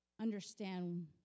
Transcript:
understand